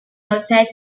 outside